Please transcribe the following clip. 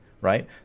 right